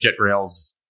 JetRails